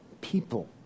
people